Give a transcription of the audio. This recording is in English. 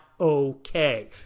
okay